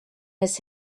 his